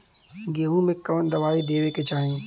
गेहूँ मे कवन दवाई देवे के चाही?